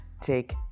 take